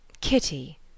Kitty